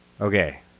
Okay